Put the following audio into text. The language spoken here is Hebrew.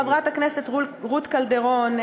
חברת הכנסת רות קלדרון,